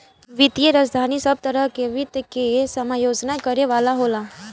वित्तीय राजधानी सब तरह के वित्त के समायोजन करे वाला होला